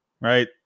Right